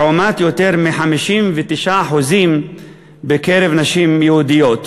לעומת יותר מ-59% מהנשים היהודיות,